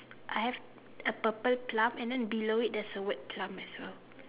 I have a purple club and then below it there's a word plump as well